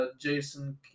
Jason